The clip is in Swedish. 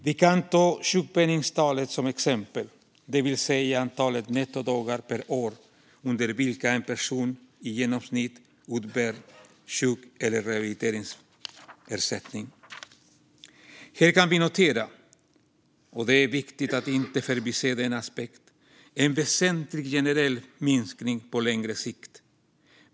Vi kan ta sjukpenningtalet som exempel, det vill säga antalet nettodagar per år under vilka en person i genomsnitt uppbär sjuk eller rehabiliteringspenning. Här kan vi notera - det är viktigt att inte förbise denna aspekt - en väsentlig generell minskning på längre sikt.